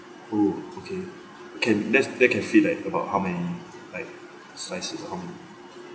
oh okay can that's that can feed like about how many like size around